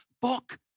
book